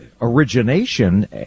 origination